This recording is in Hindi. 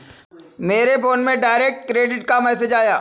मेरे फोन में डायरेक्ट क्रेडिट का मैसेज आया है